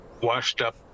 washed-up